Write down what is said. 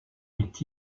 est